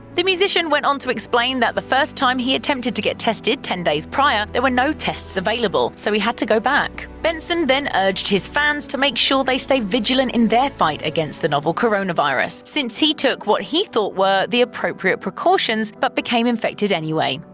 the musician went on to explain that the first time he attempted to get tested ten days prior, there were no tests available, so he had to go back. benson then urged his fans to make sure they stay vigilant in their fight against the novel coronavirus, since he took what he thought were the appropriate precautions, but became infected anyway.